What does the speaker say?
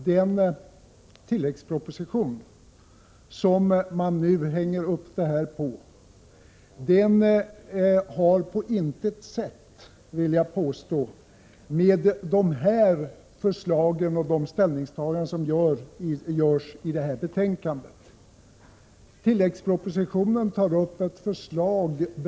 Den tilläggsproposition som de borgerliga nu hänger upp återremissyrkandet på har på intet sätt att göra med förslagen och ställningstagandena i detta betänkande. I tilläggspropositionen tas upp ett förslag beträffande fastighets — Prot.